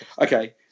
okay